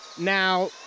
Now